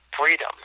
freedom